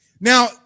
Now